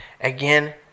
again